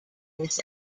this